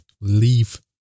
Leave